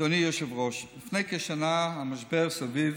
אדוני היושב-ראש, לפני כשנה המשבר סביב